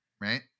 right